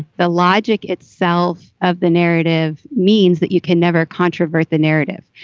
the logic itself of the narrative means that you can never controvert the narrative,